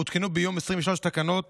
הותקנו ביום 8 באוקטובר 2023 תקנות